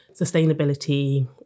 sustainability